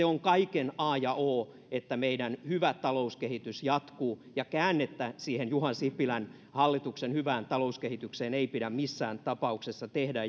on kaiken a ja o että meidän hyvä talouskehitys jatkuu käännettä siihen juha sipilän hallituksen hyvään talouskehitykseen ei pidä missään tapauksessa tehdä